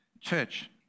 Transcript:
Church